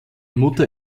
mutter